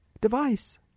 device